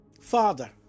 father